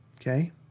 Okay